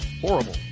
Horrible